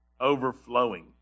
overflowing